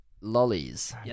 Lollies